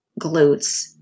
glutes